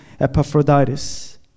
Epaphroditus